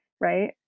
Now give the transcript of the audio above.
Right